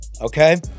Okay